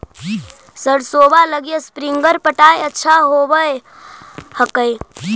सरसोबा लगी स्प्रिंगर पटाय अच्छा होबै हकैय?